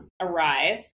arrive